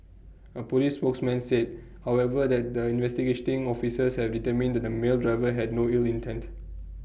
A Police spokesman said however that the investigating officers have determined that the male driver had no ill intent